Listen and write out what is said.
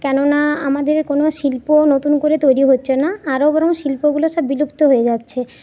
কেন না আমাদের কোন শিল্প নতুন করে তৈরি হচ্ছে না আরো বরং শিল্পগুলো সব বিলুপ্ত হয়ে যাচ্ছে